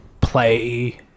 play